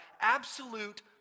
absolute